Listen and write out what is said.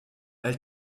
elle